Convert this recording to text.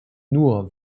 nur